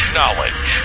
knowledge